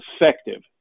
effective